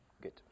Good